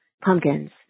pumpkins